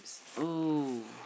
oh